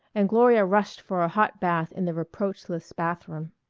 and gloria rushed for a hot bath in the reproachless bathroom.